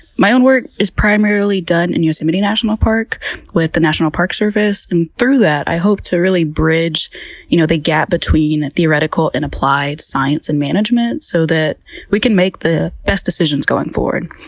my um work is primarily done in yosemite national park with the national park service, and through that i hope to really bridge you know the gap between theoretical and applied science and management so that we can make the best decisions going forward.